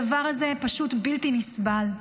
הדבר הזה פשוט בלתי נסבל,